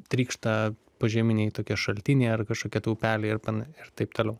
trykšta požeminiai tokie šaltiniai ar kažkokia tai upelė ir pan ir taip toliau